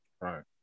Right